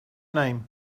name